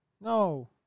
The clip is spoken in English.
No